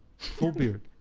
full beard.